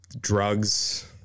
drugs